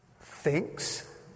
thinks